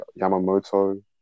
Yamamoto